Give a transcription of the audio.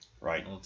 Right